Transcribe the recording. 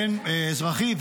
הן אזרחי,